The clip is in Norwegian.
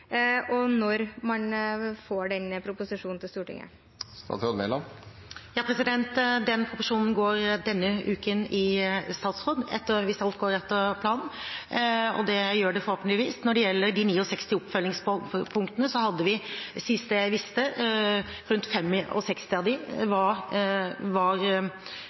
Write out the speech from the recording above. og når får man denne proposisjonen til Stortinget? Den proposisjonen går til statsråd denne uken hvis alt går etter planen, og det gjør det forhåpentligvis. Når det gjelder de 69 oppfølgingspunktene, hadde vi, sist jeg sjekket, fulgt opp rundt 65 av dem, og de øvrige var